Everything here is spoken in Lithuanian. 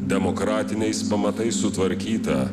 demokratiniais pamatais sutvarkytą